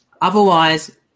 Otherwise